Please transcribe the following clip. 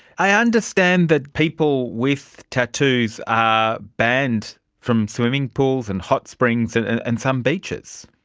i understand that people with tattoos are banned from swimming pools and hot springs and and and some beaches.